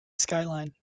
skyline